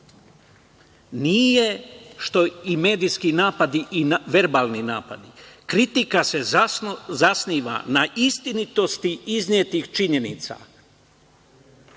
nije što i medijski napadi i verbalni napadi. Kritika se zasniva na istinitosti iznetih činjenica,